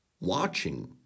watching